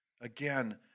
Again